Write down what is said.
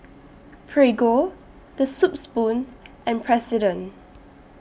Prego The Soup Spoon and President